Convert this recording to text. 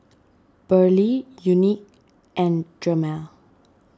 Burley Unique and Drema